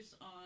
on